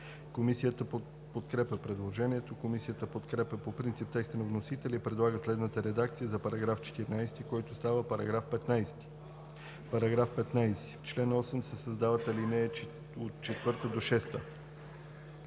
Комисията подкрепя предложението. Комисията подкрепя по принцип текста на вносителя и предлага следната редакция за § 14, който става § 15: „§ 15. В чл. 8 се създават ал. 4 – 6: